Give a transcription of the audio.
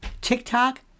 TikTok